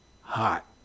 Hot